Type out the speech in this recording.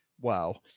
wow,